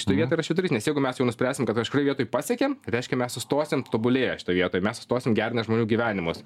šitoj vietoj yra švyturys nes jeigu mes jau nuspręsim kad kažkurioj vietoj pasiekėm reiškia mes sustosim tobulėję šitoj vietoj mes stosim gerinę žmonių gyvenimus